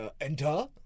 Enter